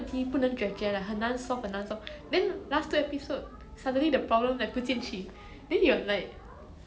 yeah yeah that kind it's like the most 气死人 [one] yeah